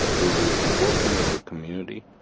we will be working with the community,